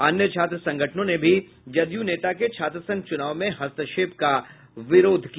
अन्य छात्र संगठनों ने भी जदयू नेता के छात्र संघ चुनाव में हस्तक्षेप का विरोध किया